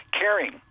caring